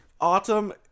autumn